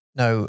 no